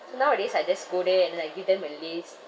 so nowadays I just go there and then I give them a list